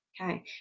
okay